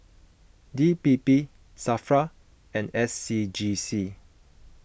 D P P Safra and S C G C